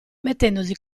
mettendosi